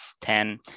ten